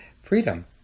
Freedom